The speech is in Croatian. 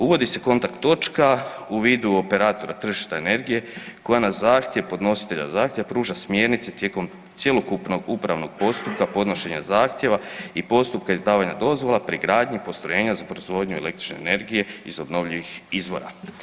Uvodi se kontakt točka u vidu operatora tržišta energije koja na zahtjev podnositelja zahtjeva pruža smjernice tijekom cijelog upravnog postupka podnošenja zahtjeva i postupka izdavanja dozvola pri gradnji postrojenja za proizvodnju električne energije iz obnovljivih izvora.